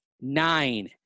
Nine